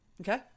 Okay